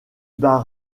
bas